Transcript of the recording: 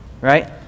right